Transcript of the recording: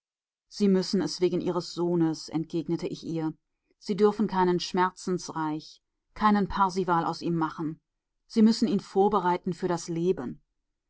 sie müssen es wegen ihres sohnes entgegnete ich ihr sie dürfen keinen schmerzensreich keinen parsival aus ihm machen sie müssen ihn vorbereiten für das leben